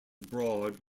broad